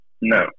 No